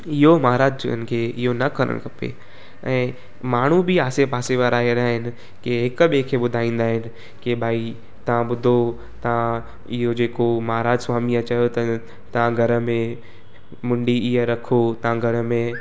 इहो महाराज जन खे इहो न करणु खपे ऐं माण्हू बि आसे पासे वारा अहिड़ा आहिनि की हिकु ॿे खे बुधाईंदा आहिनि की भई तव्हां ॿुधो तां इहो जेको महाराज स्वामीअ चयो अथनि तव्हां घर में मुंडी ईअं रखो तव्हां घर में